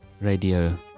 radio